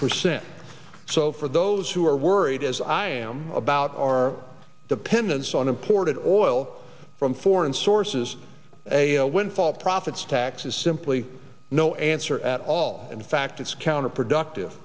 percent so for those who are worried as i am about our dependence on imported oil from foreign sources a windfall profits tax is simply no answer at all and in fact it's counterproductive